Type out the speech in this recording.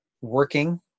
working